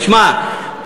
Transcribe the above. שמע,